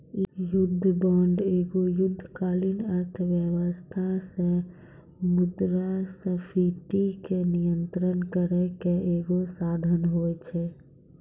युद्ध बांड एगो युद्धकालीन अर्थव्यवस्था से मुद्रास्फीति के नियंत्रण करै के एगो साधन होय छै